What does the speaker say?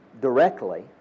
directly